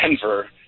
Denver